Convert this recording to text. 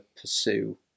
pursue